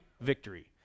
victory